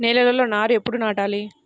నేలలో నారు ఎప్పుడు నాటాలి?